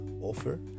offer